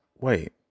wait